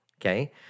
Okay